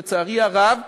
לצערי הרב,